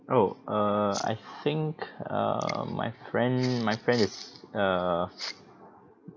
oh err I think err my friend my friend is err